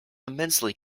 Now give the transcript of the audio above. immensely